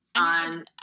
on